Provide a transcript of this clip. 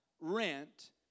rent